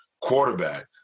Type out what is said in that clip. quarterback